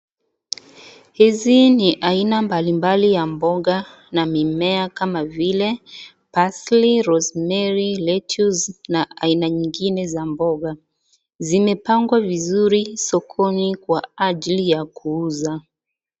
Hizi ni aina mbalimbali ya mboga na mimea kama vile parsley, rosemary, letuce na aina nyingine za mboga. Zimepangwa vizuri sokoni kwa ajili ya kuuza.